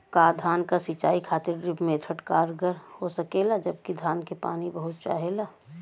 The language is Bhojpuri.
का धान क सिंचाई खातिर ड्रिप मेथड कारगर हो सकेला जबकि धान के पानी बहुत चाहेला?